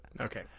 Okay